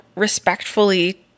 Respectfully